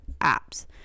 apps